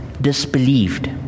disbelieved